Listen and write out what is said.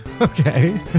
Okay